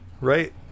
Right